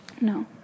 No